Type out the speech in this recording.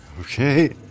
Okay